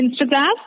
Instagram